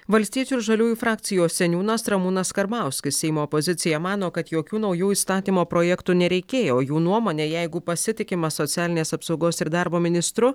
valstiečių ir žaliųjų frakcijos seniūnas ramūnas karbauskis seimo opozicija mano kad jokių naujų įstatymo projektų nereikėjo jų nuomone jeigu pasitikima socialinės apsaugos ir darbo ministru